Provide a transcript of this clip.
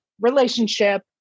relationship